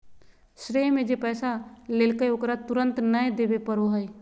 श्रेय में जे पैसा लेलकय ओकरा तुरंत नय देबे पड़ो हइ